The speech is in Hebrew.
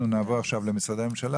אנחנו נעבור למשרדי הממשלה,